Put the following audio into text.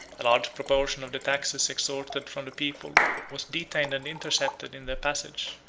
a large proportion of the taxes extorted from the people was detained and intercepted in their passage,